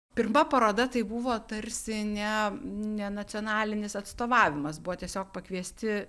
pirma paroda tai buvo tarsi ne ne nacionalinis atstovavimas buvo tiesiog pakviesti